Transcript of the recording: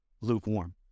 lukewarm